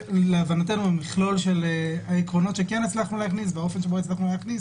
להבנתנו המכלול של העקרונות שכן הצלחנו להכניס ובאופן שכן הצלחנו להכניס